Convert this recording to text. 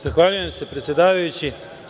Zahvaljujem se, predsedavajući.